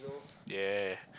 yea